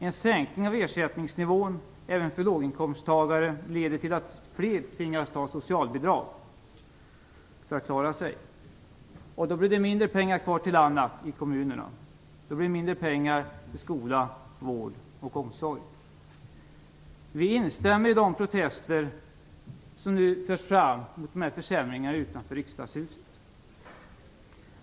En sänkning av ersättningsnivån även för låginkomsttagare leder till att allt fler tvingas ta socialbidrag för att klara sig. Då blir det mindre pengar kvar i kommunerna till skola, vård och omsorg. Vi instämmer i protesterna mot dessa försämringar som just nu förs fram utanför riksdagshuset.